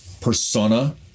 persona